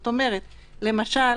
למשל,